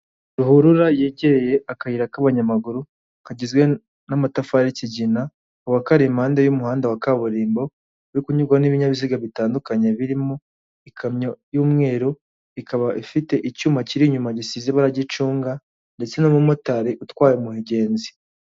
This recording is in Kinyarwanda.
Ruhurura yegereye akayira k'abanyamaguru kagizwe n'amatafari kigina, kakaba kari impande y'umuhanda wa kaburimbo uri kunyurwa n'ibinyabiziga bitandukanye, birimo ikamyo y'umweru ikaba ifite icyuma kiri inyuma gisize ibara ry'icunga ndetse n'umumotari utwaye umugenzi.